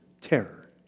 terror